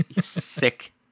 Sick